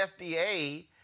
FDA